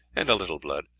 and a little blood.